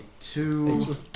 Two